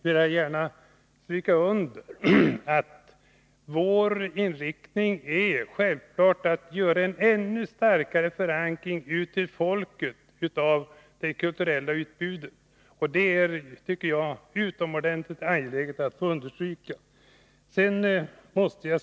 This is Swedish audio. Vi har givetvis också inriktningen att än starkare förankra det kulturella utbudet hos folket, och jag tycker att det är utomordentligt angeläget att understryka detta.